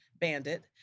bandit